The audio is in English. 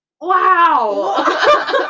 Wow